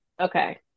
Okay